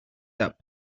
that